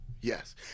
Yes